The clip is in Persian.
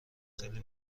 خیلی